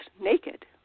naked